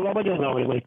laba diena aurimai